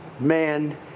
man